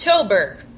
October